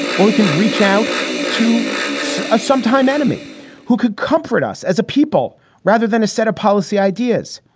or you can reach out to so a sometime enemy who could comfort us as a people rather than a set of policy ideas.